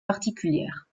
particulière